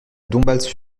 dombasle